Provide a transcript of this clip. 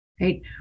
right